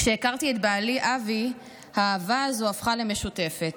כשהכרתי את בעלי, אבי, האהבה הזאת הפכה למשותפת.